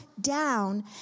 down